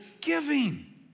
giving